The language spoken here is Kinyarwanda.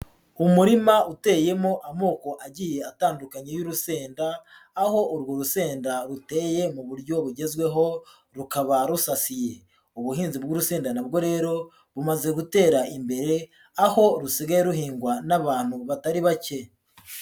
Umurima uteyemo amoko agiye atandukanye y'urusenda, aho urwo rusenda ruteye mu buryo bugezweho rukaba rusasiye, ubuhinzi bw'urusenda na bwo rero bumaze gutera imbere aho rusigaye ruhingwa n'abantu batari bake.